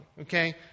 okay